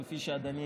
כפי שאדוני